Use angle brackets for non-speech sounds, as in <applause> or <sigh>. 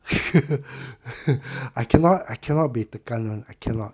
<laughs> I cannot I cannot be tekan [one] I cannot